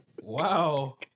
Wow